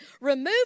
remove